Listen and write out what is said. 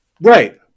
Right